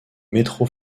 metro